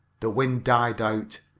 the wind died out,